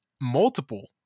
multiple